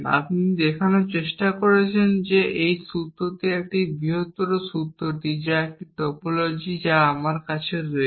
আপনি দেখানোর চেষ্টা করছেন যে এই সূত্রটি এই বৃহত্তর সূত্রটি একটি টপোলজি যা আমার কাছে রয়েছে